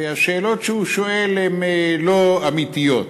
והשאלות שהוא שואל הן לא אמיתיות.